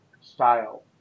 style